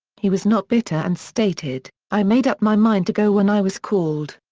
he was not bitter and stated, i made up my mind to go when i was called.